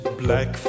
black